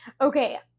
Okay